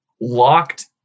locked